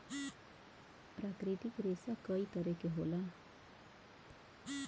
प्राकृतिक रेसा कई तरे क होला